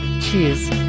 Cheers